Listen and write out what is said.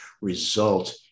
result